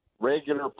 Regular